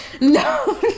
no